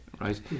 right